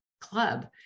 club